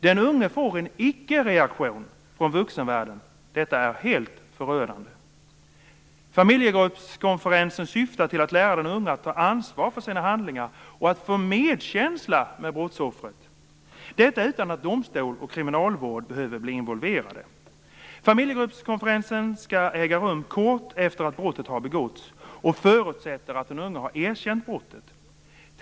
Den unge får en "icke-reaktion" från vuxenvärlden. Detta är helt förödande. Familjegruppskonferensen syftar till att lära den unge att ta ansvar för sina handlingar och att känna medkänsla med brottsoffret - detta utan att domstol och kriminalvård behöver bli involverade. Familjegruppskonferensen skall äga rum kort efter det att brottet har begåtts och förutsätter att den unge har erkänt brottet.